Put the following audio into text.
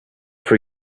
for